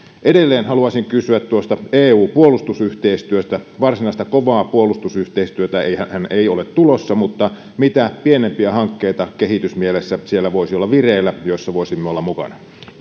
edelleen haluaisin kysyä eun puolustusyhteistyöstä varsinaista kovaa puolustusyhteistyötähän ei ole tulossa mutta mitä pienempiä hankkeita kehitysmielessä siellä voisi olla vireillä joissa voisimme olla mukana